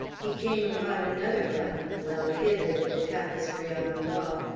he came upon another button well hid amid the tapestry on the wall,